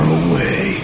away